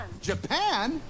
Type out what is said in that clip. Japan